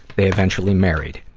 they eventually married.